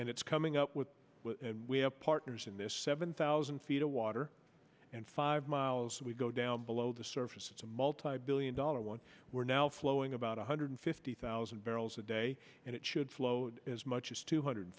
and it's coming up with we have partners in this seven thousand feet of water and five miles if we go down below the surface it's a multibillion dollar one we're now flowing about one hundred fifty thousand barrels a day and it should flow as much as two hundred